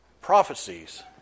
prophecies